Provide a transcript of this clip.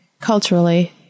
culturally